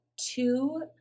two